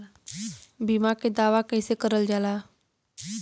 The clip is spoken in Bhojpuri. बीमा के दावा कैसे करल जाला?